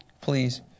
please